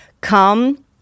Come